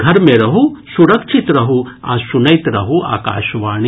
घर मे रहू सुरक्षित रहू आ सुनैत रहू आकाशवाणी